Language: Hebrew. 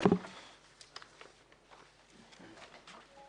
בשעה 09:20.